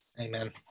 Amen